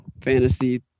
fantasy